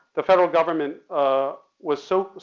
the federal government ah was so,